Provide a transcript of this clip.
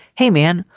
hey, man,